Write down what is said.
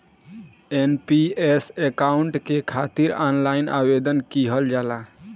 NPS account के खातिर online आवेदन किहल जाला